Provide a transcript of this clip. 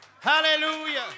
Hallelujah